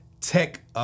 tech